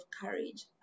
courage